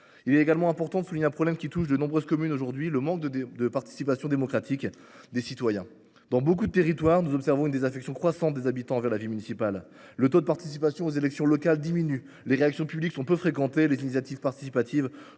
également un problème qui touche de nombreuses communes, à savoir le manque de participation démocratique des citoyens. Dans de nombreux territoires, nous observons une désaffection croissante des habitants pour la vie municipale : les taux de participation aux élections locales diminuent, les réunions publiques sont peu fréquentées et les initiatives participatives,